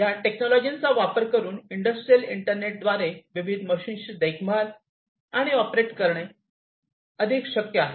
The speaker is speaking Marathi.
या टेक्नॉलॉजीचा वापर करून इंडस्ट्रियल इंटरनेट द्वारे विविध मशीन्सची देखभाल आणि ऑपरेट करणे अधिक शक्य आहे